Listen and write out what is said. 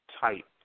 type